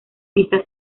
fiesta